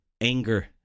anger